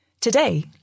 Today